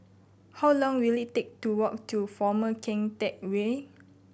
how long will it take to walk to Former Keng Teck Whay